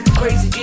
crazy